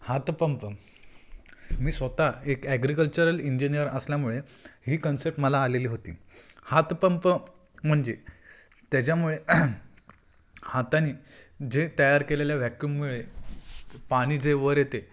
हातपंप मी स्वतः एक ॲग्रीकल्चरल इंजिनियर असल्यामुळे ही कन्सेप्ट मला आलेली होती हातपंप म्हणजे त्याच्यामुळे हातानी जे तयार केलेल्या व्हॅक्युममुळे पाणी जे वर येते